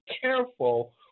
careful